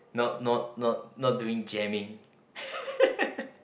not not not not doing jamming